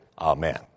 Amen